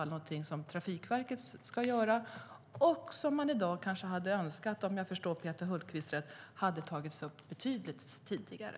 Om jag har förstått Peter Hultqvist rätt är det något man i dag hade önskat skulle ha tagits upp betydligt tidigare.